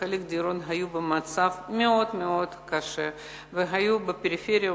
חלק מהדירות היו במצב מאוד מאוד קשה והיו בפריפריה,